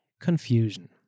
Confusion